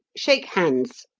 shake hands,